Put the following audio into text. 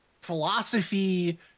philosophy